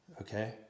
okay